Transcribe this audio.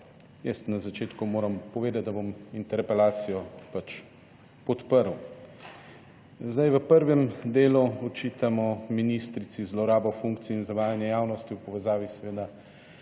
Jaz na začetku moram povedati, da bom interpelacijo pač podprl. Sedaj v prvem delu očitamo ministrici zlorabo funkcije in zavajanje javnosti v povezavi seveda